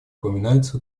упоминаются